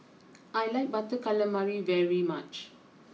I like Butter Calamari very much